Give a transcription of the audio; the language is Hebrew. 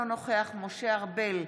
אינו נוכח משה ארבל,